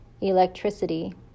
Electricity